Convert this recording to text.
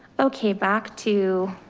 okay. back to.